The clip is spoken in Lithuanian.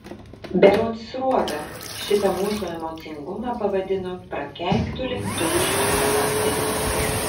berods sruoga šitą mūsų emocingumą pavadino prakeiktu lietuvišku charakteriu